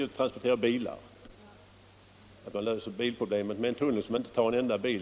Det är absolut obegripligt hur man kan lösa bilproblemet med en tunnel som inte tar en enda bil!